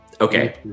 okay